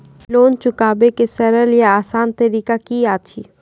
Loan चुकाबै के सरल या आसान तरीका की अछि?